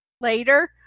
later